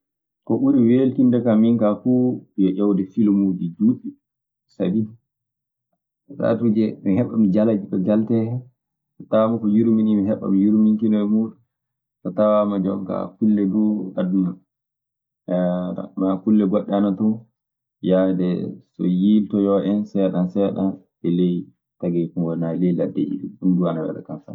Ko ɓurmi weeltinde kan min kaa fuu yo ƴeewde filmuuji juutɗi, sabisaatuuji mi heɓa mi jala ɗo jaletee. Sotawaama ko yurminii mi heɓami yurminkinoo e muuɗun. So tawaama jonk kulle goɗɗe ana ton yahde so yiltoyoo en seeɗan seeɗan ley tageefu ngoo naa ley laddeeji ɗii. Ɗun duu ana wela kan sanne.